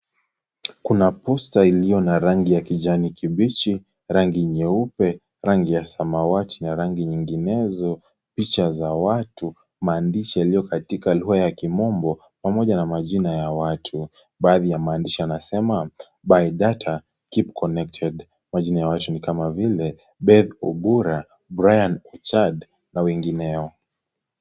Kuna booster iliyo na rangi ya kijani kibichi, rangi nyeupe, rangi ya samawati na rangi nyinginezo, picha za watu, maandishi yaliyo katika lugha ya kimombo pamoja na majina ya watu. Baadhi ya maandishi yanasema " Buy data keep connected ". Majina ya watu ni kama vile Beth Obura, Brian Ochad na wengineo.